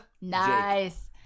Nice